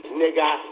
nigga